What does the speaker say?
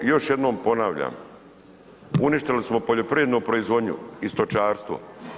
Još jednom ponavljam, uništili smo poljoprivrednu proizvodnju i stočarstvo.